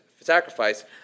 sacrifice